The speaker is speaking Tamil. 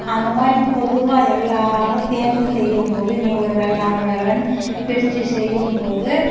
அந்த மாதிரி பொதுவாக எல்லாரும் சேர்ந்து செய்யும்போது நீ ஒரு வேலை நான் ஒரு வேலைனு பிரித்து செய்யும்போது